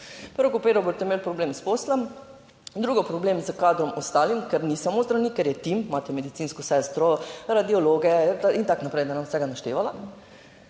Prvo kot prvo boste imeli problem s posteljami, drug problem s kadrom ostalim, ker ni samo zdravnik, ker je tim, imate medicinsko sestro, radiologe in tako naprej, da ne bom vsega naštevala.